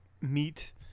meet